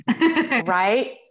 Right